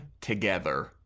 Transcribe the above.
Together